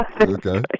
Okay